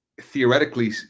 theoretically